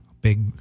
big